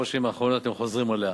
השנים האחרונות אתם חוזרים עליה: